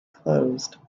closed